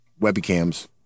webcams